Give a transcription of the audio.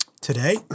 Today